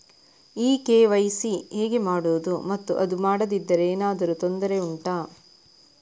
ಈ ಕೆ.ವೈ.ಸಿ ಹೇಗೆ ಮಾಡುವುದು ಮತ್ತು ಅದು ಮಾಡದಿದ್ದರೆ ಏನಾದರೂ ತೊಂದರೆ ಉಂಟಾ